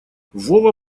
вова